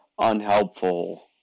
unhelpful